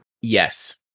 Yes